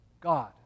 God